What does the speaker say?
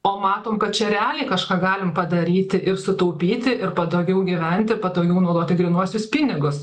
o matom kad čia realiai kažką galim padaryti ir sutaupyti ir patogiau gyventi patogiau naudoti grynuosius pinigus